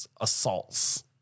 assaults